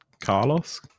carlos